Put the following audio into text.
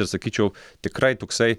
ir sakyčiau tikrai toksai